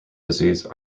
disease